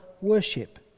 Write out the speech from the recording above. worship